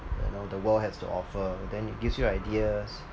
you know the world has to offer then it gives you ideas